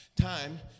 Time